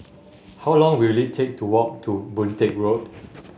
how long will it take to walk to Boon Teck Road